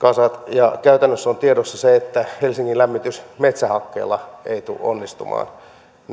ja käytännössä on tiedossa se että helsingin lämmitys metsähakkeella ei tule onnistumaan